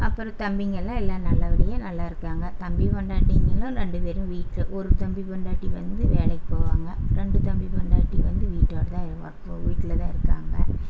அப்புறம் தம்பிங்கள் எல்லாம் எல்லோரும் நல்லபடியாக நல்லா இருக்காங்க தம்பிப் பெண்டாட்டிங்களும் ரெண்டு பேரும் வீட்டில் ஒரு தம்பிப் பெண்டாட்டி வந்து வேலைக்கு போவாங்க ரெண்டு தம்பிப் பொண்டாட்டி வந்து வீட்டோடு தான் ஒர்க் வீட்டில் தான் இருக்காங்க